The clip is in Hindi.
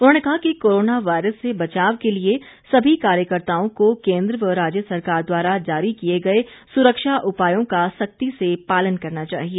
उन्होंने कहा कि कोरोना वायरस से बचाव के लिए सभी कार्यकर्ताओं को केंद्र व राज्य सरकार द्वारा जारी किए गए सुरक्षा उपायों का सख्ती से पालन करना चाहिए